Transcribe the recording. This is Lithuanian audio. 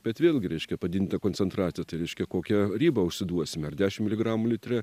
bet vėlgi reiškia padidinta koncentracija tai reiškia kokią ribą užsiduosime ar dešimt miligramų litre